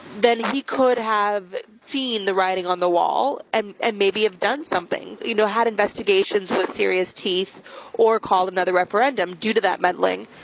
then he could have seen the writing on the wall and, and maybe have done something, you know, had investigations with serious teeth or call another referendum due to that meddling.